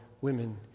women